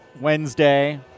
Wednesday